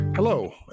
Hello